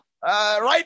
Right